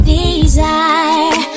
desire